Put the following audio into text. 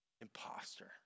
imposter